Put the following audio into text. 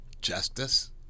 justice